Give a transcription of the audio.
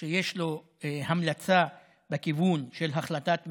שיש לו המלצה בכיוון של החלטת הממשלה.